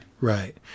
Right